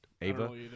Ava